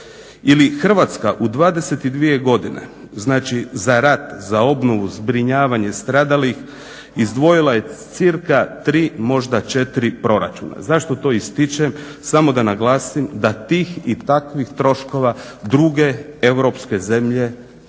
Hrvatska u 22 godine, znači za rat, za obnovu, zbrinjavanje stradalih izdvojila je cca tri, možda četiri proračuna. Zašto to ističem, samo da naglasim da tih i takvih troškova druge europske zemlje,